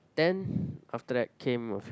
then after that came a few